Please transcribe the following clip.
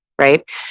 right